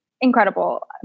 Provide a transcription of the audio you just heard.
incredible